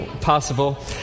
possible